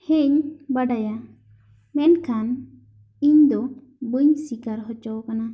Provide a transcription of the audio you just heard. ᱦᱮᱧ ᱵᱟᱰᱟᱭᱟ ᱢᱮᱱᱠᱷᱟᱱ ᱤᱧ ᱫᱚ ᱵᱟᱹᱧ ᱥᱤᱠᱟᱨ ᱦᱚᱪᱚ ᱠᱟᱱᱟ